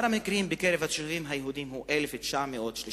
המקרים בקרב התושבים היהודים הוא 1,931,